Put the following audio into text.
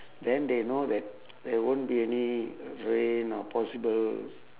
then they know that there won't be any rain or possible